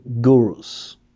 gurus